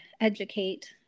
educate